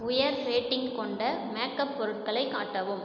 உயர் ரேட்டிங் கொண்ட மேக்அப் பொருட்களை காட்டவும்